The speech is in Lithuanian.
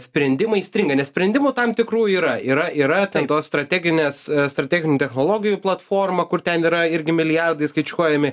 sprendimai stringa nes sprendimų tam tikrų yra yra yra ten tos strateginės strateginių technologijų platforma kur ten yra irgi milijardai skaičiuojami